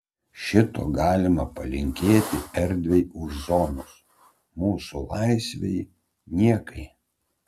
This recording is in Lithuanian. šito galima palinkėti erdvei už zonos mūsų laisvei niekai